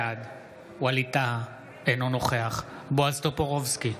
בעד ווליד טאהא, אינו נוכח בועז טופורובסקי,